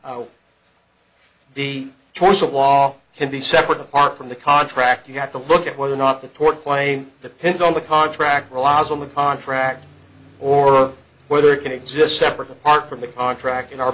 l'alpe the choice of law can be separate apart from the contract you have to look at whether or not the port klang that pins on the contract relies on the contract or whether it can exist separately apart from the contract in our